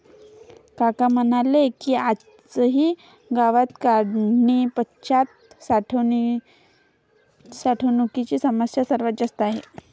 काका म्हणाले की, आजही गावात काढणीपश्चात साठवणुकीची समस्या सर्वात जास्त आहे